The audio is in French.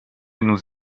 nous